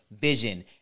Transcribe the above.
Vision